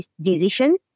decision